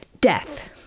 death